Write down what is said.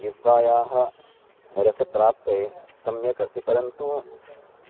जिह्वायाः रसप्राप्तये सम्यक् अस्ति परन्तु